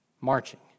marching